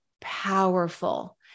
powerful